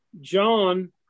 John